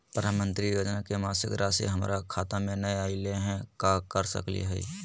प्रधानमंत्री योजना के मासिक रासि हमरा खाता में नई आइलई हई, का कर सकली हई?